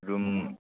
room